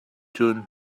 cun